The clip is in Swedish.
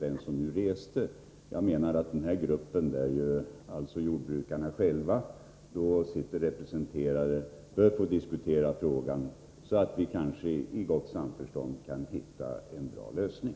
Jag Fredagen den menar att denna grupp, i vilken jordbrukarna själva finns representerade, 6 april 1984 bör få diskutera frågan, så att vi i gott samförstånd kan hitta en bra lösning.